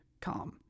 calm